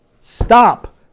stop